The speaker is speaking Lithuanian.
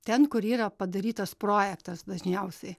ten kur yra padarytas projektas dažniausiai